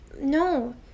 No